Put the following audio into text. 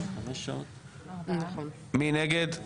מי נגד?